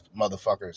motherfuckers